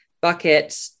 Bucket